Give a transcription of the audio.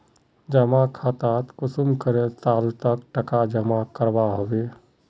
जमा खातात कुंसम करे साल तक टका जमा करवा होबे?